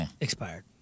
Expired